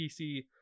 pc